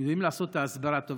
הם יודעים לעשות את ההסברה טוב.